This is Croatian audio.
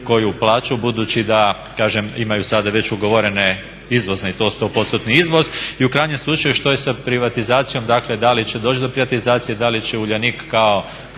koju plaću budući da kažem imaju sada već ugovorene izvoz i to 100%-ni izvoz? I u krajnjem slučaju što je sa privatizacijom, dakle da li će doći do privatizacije, da li će Uljanik kao